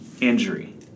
injury